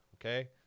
okay